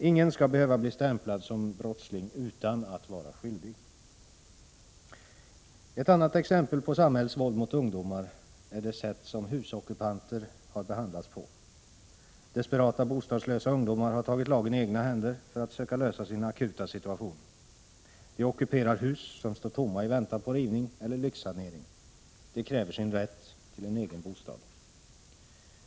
Ingen skall behöva bli stämplad som brottsling utan att vara skyldig. Ett annat exempel på samhällets våld mot ungdomar är det sätt som husockupanterna behandlas på. Desperata bostadslösa ungdomar har tagit lagen i egna händer för att söka lösa sin akuta situation. De ockuperar hus som står tomma i väntan på rivning eller lyxsanering. De kräver sin rätt till en egen bostad.